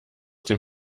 dem